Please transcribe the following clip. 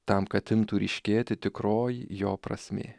tam kad imtų ryškėti tikroji jo prasmė